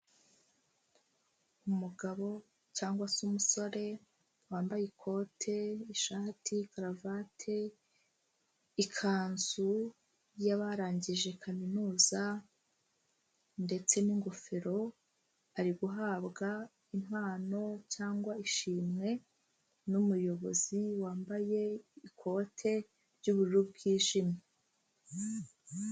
Umugabo cyangwa se umusore wambaye ikote, ishati, karuvate, ikanzu y'abarangije kaminuza ndetse n'ingofero ari guhabwa impano cyangwa ishimwe n'umuyobozi wambaye ikote ry'ubururu bwijimye.